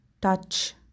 touch